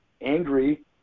angry